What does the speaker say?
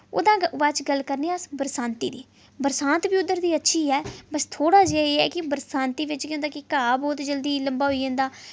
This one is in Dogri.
ओह्दा हा बाद च गल्ल करने आं अस बरसांती दी बरसांत बी उद्धर दी अच्छी ऐ बस थोह्ड़ा जेहा एह् ऐ कि बरसांती बिच्च केह् होंदा कि घा बोह्त जल्दी लंबा होई जंदा